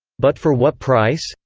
but for what price!